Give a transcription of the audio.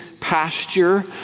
pasture